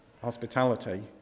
hospitality